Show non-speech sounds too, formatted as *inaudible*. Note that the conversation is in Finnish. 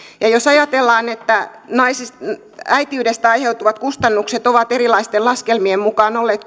ja jos ajatellaan että äitiydestä aiheutuvat kustannukset ovat erilaisten laskelmien mukaan olleet *unintelligible*